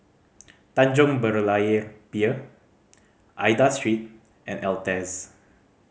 Tanjong Berlayer Pier Aida Street and Altez